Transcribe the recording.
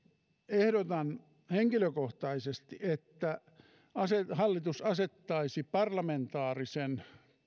ehdotan henkilökohtaisesti että hallitus asettaisi parlamentaarisen